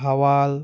Bhawal